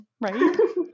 right